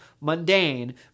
mundane